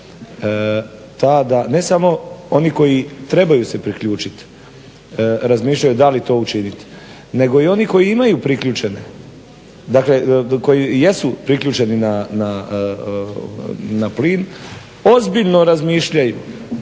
ne samo oni koji trebaju se priključiti razmišljaju da li to učiniti. Nego i oni koji imaju priključak, koji jesu priključeni na plin ozbiljno razmišljaju